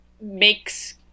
makes